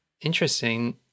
interesting